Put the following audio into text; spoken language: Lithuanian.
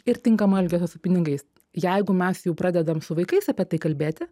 ir tinkamo elgesio su pinigais jeigu mes jau pradedam su vaikais apie tai kalbėti